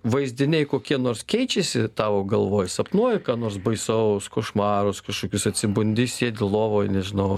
vaizdiniai kokie nors keičiasi tavo galvoj sapnuoji ką nors baisaus košmarus kažkokius atsibundi sėdi lovoj nežinau